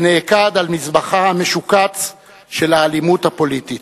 שנעקד על מזבחה המשוקץ של האלימות הפוליטית.